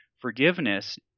Forgiveness